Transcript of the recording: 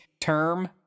term